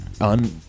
un